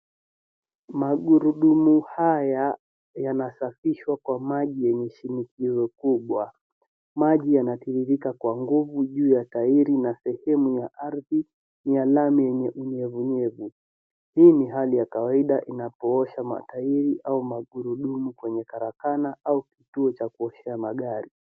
Magurudumu haya yanasafishwa kwa maji yenye shinkizo kubwa. Maji yanatiririka kwa nguvu juu ya tairi na sehemu ya ardhi ni ya lami enye unyevunyevu. Hii ni hali ya kawaida unapoosha matairi au magurudumu kwenye karakana au kituo cha kuoshea magari.